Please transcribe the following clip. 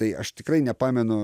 tai aš tikrai nepamenu